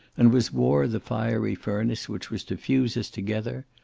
and was war the fiery furnace which was to fuse us together,